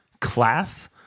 class